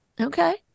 Okay